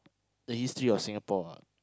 the history of Singapore ah